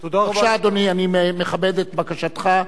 בבקשה, אדוני, אני מכבד את בקשתך,